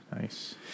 nice